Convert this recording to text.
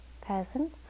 peasant